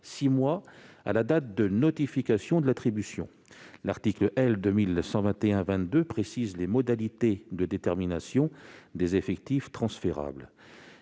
six mois à la date de notification de l'attribution. L'article L. 2121-22 précise les modalités de détermination des effectifs transférables